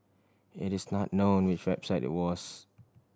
it is not known which website it was